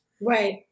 Right